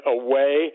away